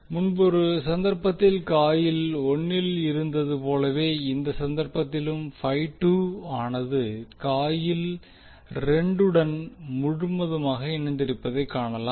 முன்பொரு சந்தர்ப்பத்தில் காயில் 1 ல் இருந்தது போலவே இந்த சந்தர்ப்பத்திலும் ஆனது காயில் 2 வுடன் முழுமையாக இணைந்திருப்பதை காணலாம்